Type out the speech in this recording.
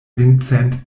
vincent